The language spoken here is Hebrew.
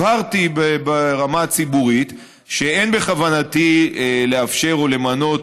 הבהרתי ברמה הציבורית שאין בכוונתי לאפשר או למנות